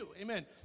amen